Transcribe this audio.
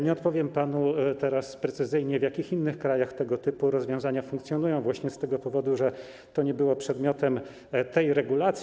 Nie odpowiem panu teraz precyzyjnie, w jakich innych krajach tego typu rozwiązania funkcjonują, właśnie z tego powodu, że to nie było przedmiotem tej regulacji.